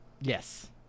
Yes